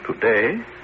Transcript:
Today